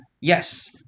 Yes